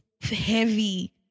heavy